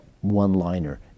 one-liner